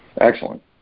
Excellent